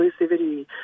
inclusivity